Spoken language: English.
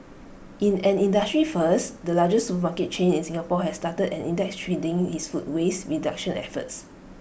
in an industry first the largest supermarket chain in Singapore has started an index tracking its food waste reduction efforts